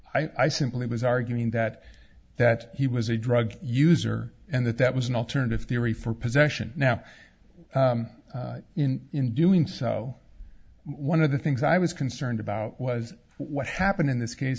r i simply was arguing that that he was a drug user and that that was an alternative theory for possession now in doing so one of the things i was concerned about was what happened in this case